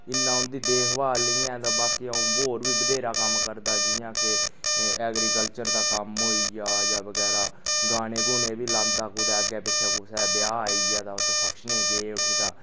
इन्ना उं'दी देखभाल नी ऐ ते बाकी अ'ऊं होर बी बधेरा कम्म करदा जियां कि ऐग्रीकल्चर दा कम्म होई गेआ जां बगैरे गाने गुने बी लांदा कुदै अग्गें पिच्छें कुसै दा ब्याह आई गेआ तां उत्थै फंक्शनै गी गे उठी तां